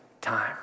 time